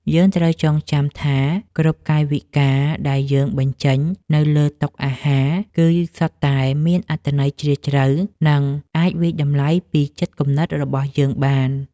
យើងត្រូវចងចាំថាគ្រប់កាយវិការដែលយើងបញ្ចេញនៅលើតុអាហារ គឺ សុទ្ធតែមានអត្ថន័យជ្រាលជ្រៅនិងអាចវាយតម្លៃពីចិត្តគំនិតរបស់យើងបាន។